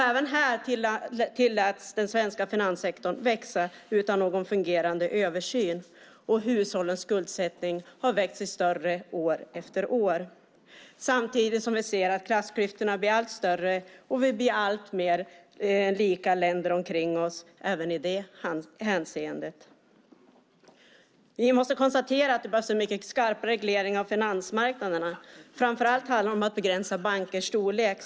Även här tilläts finanssektorn växa utan någon fungerande översyn, och hushållens skuldsättning har växt sig större år efter år. Samtidigt ser vi att klassklyftorna blir allt större, och vi blir alltmer lika länder omkring oss även i det hänseendet. Det behövs en mycket skarpare reglering av finansmarknaderna. Framför allt handlar det om bankers storlek.